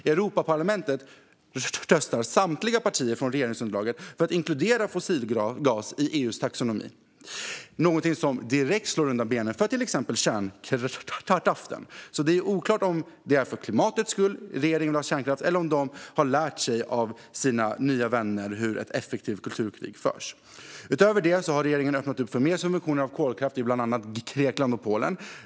I Europaparlamentet röstar samtliga partier från regeringsunderlaget för att inkludera fossilgas i EU:s taxonomi. Det är någonting som direkt slår undan benen för till exempel kärnkraften. Det är därför oklart om det är för klimatets skull regeringen vill ha kärnkraft, eller om man har lärt sig av sina nya vänner hur ett effektivt kulturkrig förs. Utöver detta har regeringen öppnat upp för mer subventioner av kolkraft i bland annat Grekland och Polen.